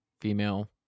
female